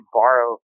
borrow